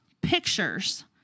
pictures